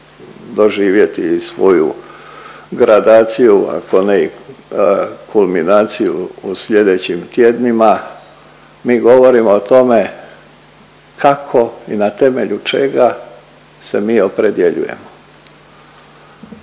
doživjeti svoju gradaciju ako ne i kulminaciju u sljedećim tjednima, mi govorimo o tome kako i na temelju čega se mi opredjeljujemo.